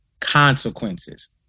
consequences